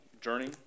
journey